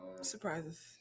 Surprises